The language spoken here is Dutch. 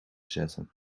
zetten